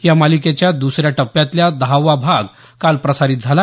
या मालिकेचा दसऱ्या टप्प्यातला दहावा भाग काल प्रसारित झाला